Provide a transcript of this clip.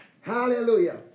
Hallelujah